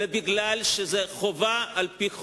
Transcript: אלא כי זאת חובה על-פי חוק.